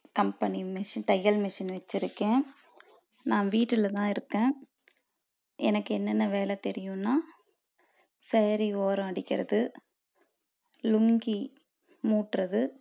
company machine தையல் machine வச்சுருக்கேன் நான் வீட்டில் தான் இருக்கேன் எனக்கு என்னென்ன வேலை தெரியும்னால் சேரீ ஓரம் அடிக்கிறது லுங்கி மூட்டுறது